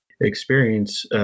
experience